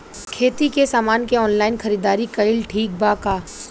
खेती के समान के ऑनलाइन खरीदारी कइल ठीक बा का?